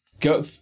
go